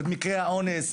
את מקרי האונס,